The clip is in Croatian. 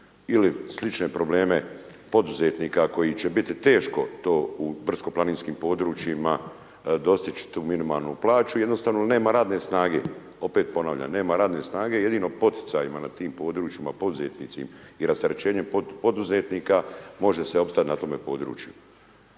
ili slične probleme poduzetnika koji će biti teško to u brdsko-planinskim područjima dostići tu minimalnu plaću, jednostavno nema radne snage, opet ponavljam nema radne snage, jedino poticajima na tim područjima poduzetnicima i rasterećenje poduzetnika može se opstati na tom području.